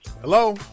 Hello